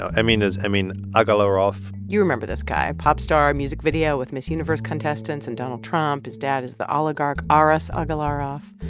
now, emin is emin agalarov you remember this guy a pop star music video with miss universe contestants and donald trump. his dad is the oligarch aras agalarov.